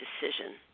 decision